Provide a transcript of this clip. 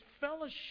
fellowship